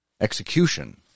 execution